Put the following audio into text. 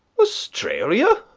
australia!